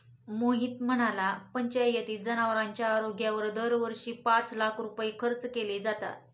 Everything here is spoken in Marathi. मोहित म्हणाला, पंचायतीत जनावरांच्या आरोग्यावर दरवर्षी पाच लाख रुपये खर्च केले जातात